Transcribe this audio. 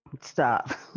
Stop